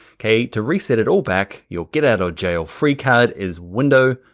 okay? to reset it all back, you'll get out of jail free card is window,